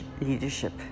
leadership